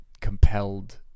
compelled